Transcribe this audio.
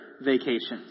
vacations